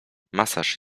masaż